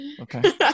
Okay